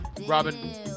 Robin